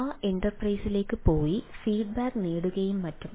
ആ എന്റർപ്രൈസിലേക്ക് പോയി ഫീഡ്ബാക്ക് നേടുകയും മറ്റും